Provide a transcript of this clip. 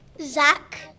Zach